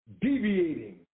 deviating